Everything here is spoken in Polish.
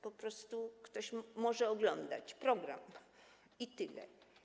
Po prostu ktoś może oglądać program, i tyle.